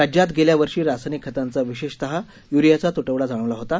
राज्यात गेल्या वर्षी रासायनिक खतांचा विशेषत युरीयाचा तूटवडा जाणवला होता